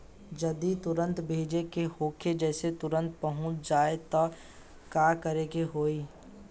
जदि तुरन्त भेजे के होखे जैसे तुरंत पहुँच जाए त का करे के होई?